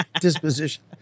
disposition